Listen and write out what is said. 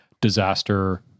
disaster